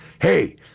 Hey